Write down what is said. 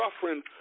suffering